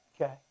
Okay